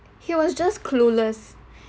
he was just clueless